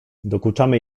dokuczamy